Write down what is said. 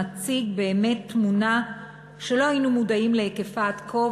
המציג באמת תמונה שלא היינו מודעים להיקפה עד כה.